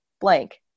blank